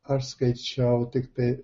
aš skaičiau tiktai